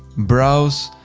browse.